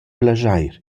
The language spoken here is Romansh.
plaschair